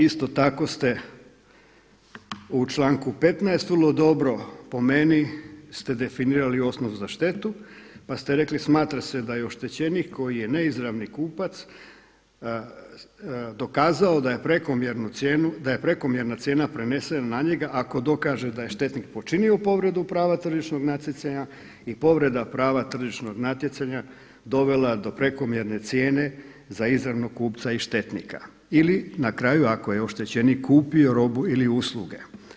Isto tako ste u članku 15. vrlo dobro po meni ste definirali osnovu za štetu, pa ste rekli smatra se da je oštećenik koji je neizravni kupac dokazao da je prekomjerna cijena prenesena na njega ako dokaže da je štetnik počinio povredu prava tržišnog natjecanja i povreda prava tržišnog natjecanja dovela do prekomjerne cijene za izravnog kupca i štetnika ili na kraju ako je oštećenik kupio robu ili usluge.